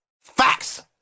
Facts